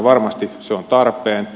varmasti se on tarpeen